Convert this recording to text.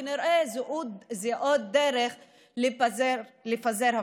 כנראה זו עוד דרך לפזר הפגנות,